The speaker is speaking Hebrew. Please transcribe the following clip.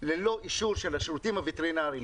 ללא אישור של השירותים הווטרינריים,